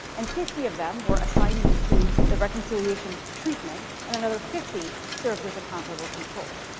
and fifty of them were assigned into the reconciliation treatment, and another fifty served as a comparable control.